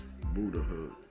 Buddhahood